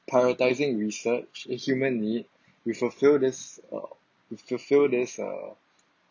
prioritizing research eh human need we fulfil this uh we fulfil this uh